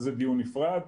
זה דיון נפרד.